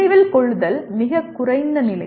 நினைவில் கொள்ளுதல் மிகக் குறைந்த நிலை